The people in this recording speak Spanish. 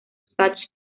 sachs